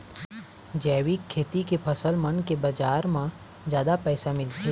जैविक खेती के फसल मन के बाजार म जादा पैसा मिलथे